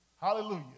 Hallelujah